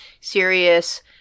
serious